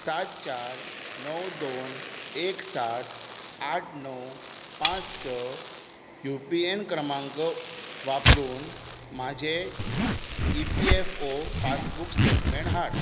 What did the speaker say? सात चार णव दोन एक सात आठ णव पांच स यु पी एन क्रमांक वापरुन म्हाजे E P F O passbook statement हाड